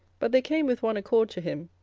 but they came with one accord to him,